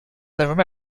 though